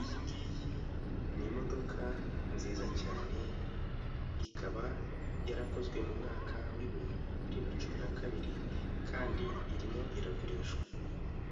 Iyi ngiyi ni imodoka nziza cyane, ikaba yarakozwe mu mwaka w'ibihumbi bibiri na cumi na kabiri kandi irimo iragurishwa